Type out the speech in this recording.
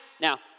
Now